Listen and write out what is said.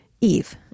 Eve